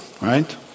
Right